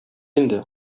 инде